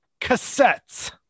Cassettes